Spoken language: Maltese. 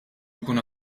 jkun